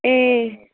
ए